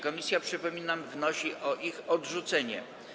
Komisja, przypominam, wnosi o ich odrzucenie.